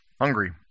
hungry